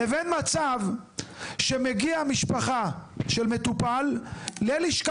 לבין מצב שמגיעה המשפחה של מטופל ללשכה